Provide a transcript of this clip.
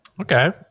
Okay